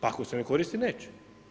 Pa ako se ne koristi neće.